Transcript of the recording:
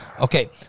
Okay